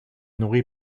nourri